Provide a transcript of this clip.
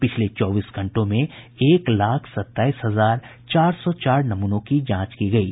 पिछले चौबीस घंटों में एक लाख सताईस हजार चार सौ चार नमूनों की जांच की गयी